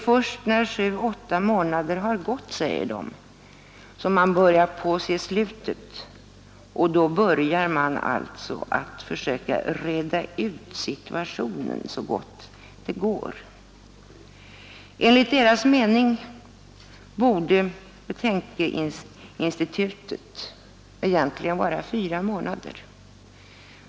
Först när sju åtta månader har gått och man börjar se slutet på betänketiden börjar man försöka reda upp situationen så gott det går, säger familjerådgivarna. Enligt deras mening borde betänkeinstitutet egentligen vara fyra månader.